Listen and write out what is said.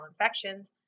infections